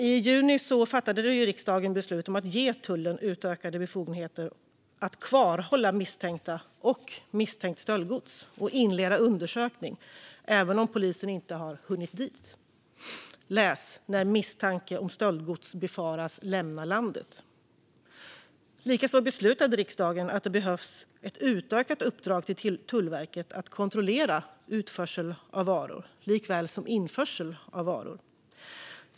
I juni fattade riksdagen beslut om att ge tullen utökade befogenheter att kvarhålla misstänkta och misstänkt stöldgods samt inleda undersökning även om polisen inte hunnit dit, läs: när man befarar att stöldgods kommer att lämna landet. Likaså beslutade riksdagen att det behövs ett utökat uppdrag till Tullverket att kontrollera utförsel av varor likaväl som införsel av varor.